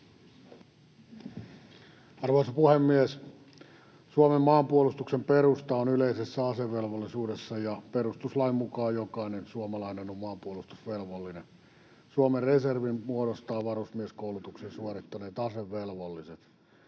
Arvoisa puhemies! Suomen maanpuolustuksen perusta on yleisessä asevelvollisuudessa, ja perustuslain mukaan jokainen suomalainen on maanpuolustusvelvollinen. Suomen reservin muodostavat varusmieskoulutuksen suorittaneet asevelvolliset.